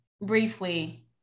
briefly